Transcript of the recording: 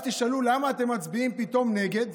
אז תשאלו, למה אתם מצביעים פתאום נגד?